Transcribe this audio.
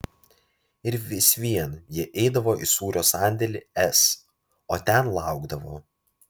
ir vis vien jie eidavo į sūrio sandėlį s o ten laukdavo